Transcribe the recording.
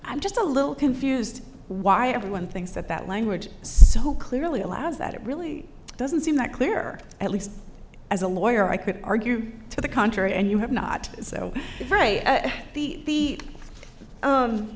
i'm just a little confused why everyone thinks that that language so clearly allows that it really doesn't seem that clear at least as a lawyer i could argue to the contrary and you have not so right